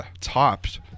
topped